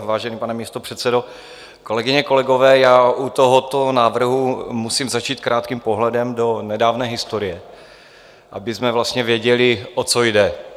Vážený pane místopředsedo, kolegyně, kolegové, u tohoto návrhu musím začít krátkým pohledem do nedávné historie, abychom vlastně věděli, o co jde.